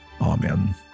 Amen